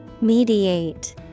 Mediate